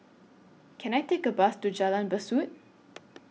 Can I Take A Bus to Jalan Besut